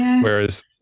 whereas